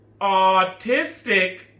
autistic